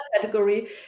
category